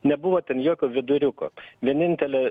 nebuvo ten jokio viduriuko vienintelė